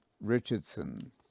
Richardson